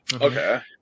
Okay